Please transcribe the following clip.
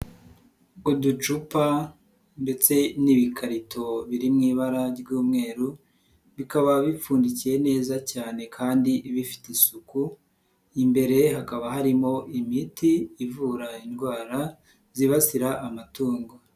Uducupa ndetse n'ibikarito biri mu ibara ry'umweru bikaba bipfundikiye neza cyane kandi bifite isuku imbere hakaba harimo imiti ivura indwara zibasira amatungo.